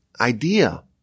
idea